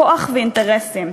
כוח ואינטרסים.